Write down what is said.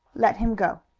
let him go.